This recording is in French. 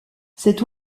cet